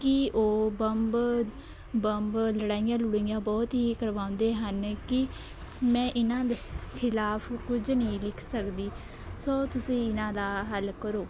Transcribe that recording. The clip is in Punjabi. ਕਿ ਉਹ ਬੰਬ ਬੰਬ ਲੜਾਈਆਂ ਲੜੂਈਆਂ ਬਹੁਤ ਹੀ ਕਰਵਾਉਂਦੇ ਹਨ ਕਿ ਮੈਂ ਇਹਨਾਂ ਦੇ ਖਿਲਾਫ ਕੁਝ ਨਹੀਂ ਲਿਖ ਸਕਦੀ ਸੋ ਤੁਸੀਂ ਇਹਨਾਂ ਦਾ ਹੱਲ ਕਰੋ